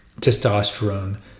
testosterone